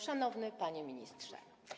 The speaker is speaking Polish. Szanowny Panie Ministrze!